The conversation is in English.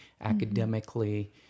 academically